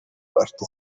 parte